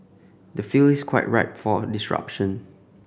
the field is quite ripe for disruption